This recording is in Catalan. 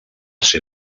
ser